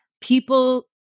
people